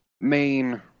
main